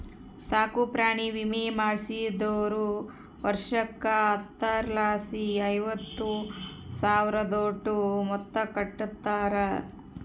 ಸಾಕುಪ್ರಾಣಿ ವಿಮೆ ಮಾಡಿಸ್ದೋರು ವರ್ಷುಕ್ಕ ಹತ್ತರಲಾಸಿ ಐವತ್ತು ಸಾವ್ರುದೋಟು ಮೊತ್ತ ಕಟ್ಟುತಾರ